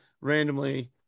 randomly